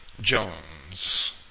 Jones